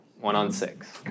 one-on-six